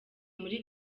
muri